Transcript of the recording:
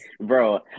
Bro